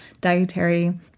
dietary